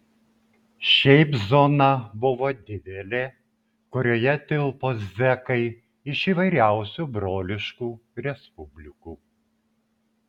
šiaip zona buvo didelė kurioje tilpo zekai iš įvairiausių broliškų respublikų